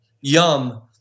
Yum